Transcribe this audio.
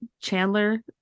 chandler